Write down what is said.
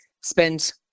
spend